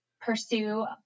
pursue